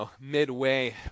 midway